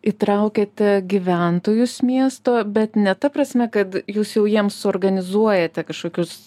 įtraukiate gyventojus miesto bet ne ta prasme kad jūs jau jiems suorganizuojate kažkokius